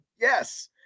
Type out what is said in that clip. Yes